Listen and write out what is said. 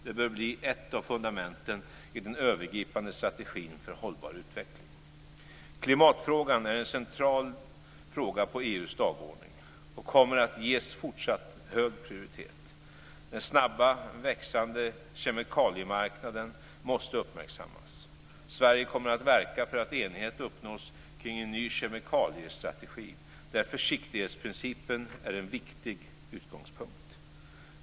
Det bör bli ett av fundamenten i den övergripande strategin för hållbar utveckling. Klimatfrågan är en central fråga på EU:s dagordning och kommer att ges fortsatt hög prioritet. Den snabbt växande kemikaliemarknaden måste uppmärksammas. Sverige kommer att verka för att enighet uppnås kring en ny kemikaliestrategi där försiktighetsprincipen är en viktig utgångspunkt.